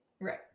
Right